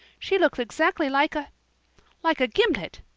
she looks exactly like a like a gimlet.